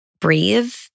breathe